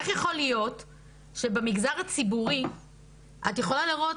איך יכול להיות שבמגזר הציבורי את יכולה לראות